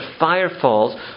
firefalls